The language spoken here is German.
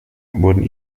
wurden